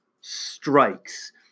strikes